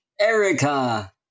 Erica